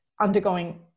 undergoing